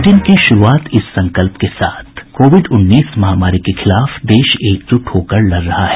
bulletin की शुरूआत इस संकल्प के साथ कोविड उन्नीस महामारी के खिलाफ देश एकजुट होकर लड़ रहा है